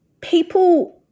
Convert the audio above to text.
People